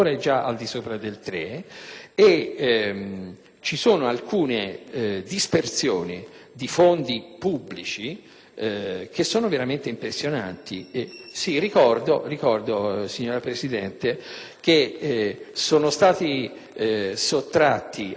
ci sono alcune dispersioni di fondi pubblici che sono veramente impressionanti: ricordo, signora Presidente, che sono stati sottratti ai Comuni circa 3miliardi,